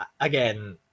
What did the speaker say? again